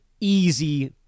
easy